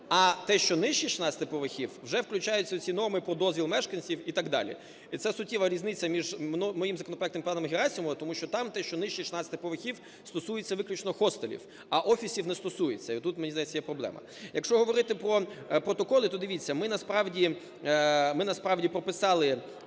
А те, що нижче 16 поверхів, вже включаються ці норми про дозвіл мешканців і так далі. І це суттєва різниця між моїм законопроектом і пана Герасимова, тому що там те, що нижче 16 поверхів, стосується виключно хостелів, а офісів не стосується. І тут, мені здається, є проблема. Якщо говорити про протоколи, то, дивіться, ми насправді прописали